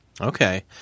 Okay